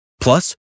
Plus